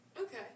Okay